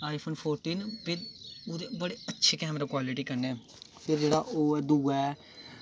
आई phone fourteen ते ओह्दे बड़े अच्छे कैमरे क्वालिटी कन्नै फिर जेह्ड़ा ऐ ओह् दुआ ऐ